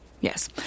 Yes